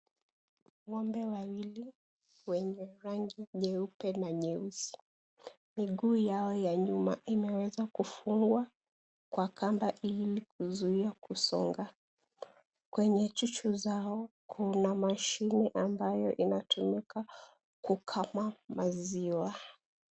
Ng'ombe wawili wenye rangi nyeupe na nyeusi. Miguu yao ya nyuma, imeweza kufungwa kwa kamba ili kuzuia kusonga. Kwenye chuchu zao, kuna mashine inayotumika kukama maziwa.